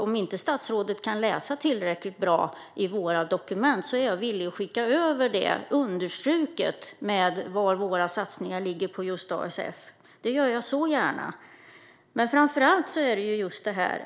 Om statsrådet inte kan läsa tillräckligt bra i våra dokument är jag villig att skicka över dem med våra satsningar på ASF understrukna. Det gör jag så gärna.